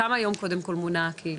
כמה היום קודם כל מונה הקהילה?